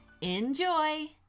Enjoy